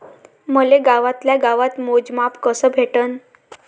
मले गावातल्या गावात मोजमाप कस भेटन?